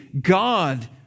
God